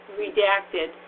redacted